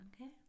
okay